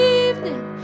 evening